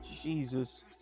Jesus